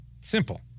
Simple